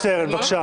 זה שיושב שם.